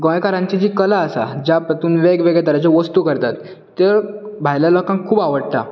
गोंयकारांची जी कला आसा ज्या पद्दतीन वेग वेगळ्यो तरेच्यो वस्तू करतात त्यो भायले लोकांक खूब आवडटा